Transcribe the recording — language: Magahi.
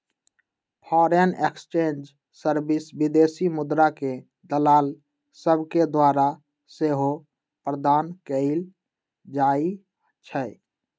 फॉरेन एक्सचेंज सर्विस विदेशी मुद्राके दलाल सभके द्वारा सेहो प्रदान कएल जाइ छइ